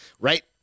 Right